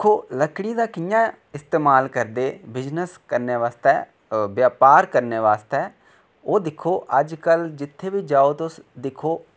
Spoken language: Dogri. दिक्खो लकड़ी दा कियां इस्तेमाल करदे बिजनस करने वास्तै व्यापाक करने वास्तै ओह्ल दिक्खो अज्ज कल जित्थै बी जाओ तुस दिक्खो